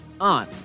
on